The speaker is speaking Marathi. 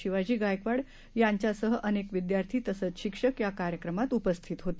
शिवाजी गायकवाड यांच्या सह अनेक विद्यार्थी तसंच शिक्षक या कार्यक्रमात उपस्थितीत होते